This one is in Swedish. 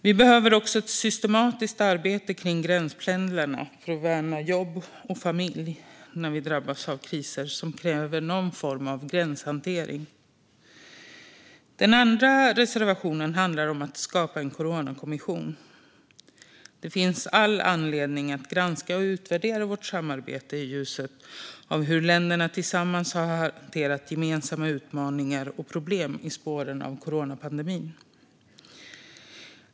Vi behöver också ett systematiskt arbete när det gäller gränspendlarna, för att värna jobb och familj när vi drabbas av kriser som kräver någon form av gränshantering. Den andra reservationen handlar om att skapa en coronakommission. Det finns all anledning att granska och utvärdera vårt samarbete i ljuset av hur länderna tillsammans har hanterat gemensamma utmaningar och problem i spåren av coronapandemin.